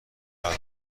داره